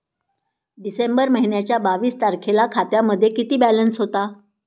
डिसेंबर महिन्याच्या बावीस तारखेला खात्यामध्ये किती बॅलन्स होता?